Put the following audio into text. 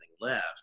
left